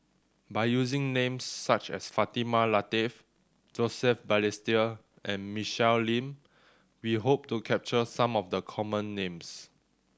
by using names such as Fatimah Lateef Joseph Balestier and Michelle Lim we hope to capture some of the common names